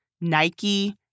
Nike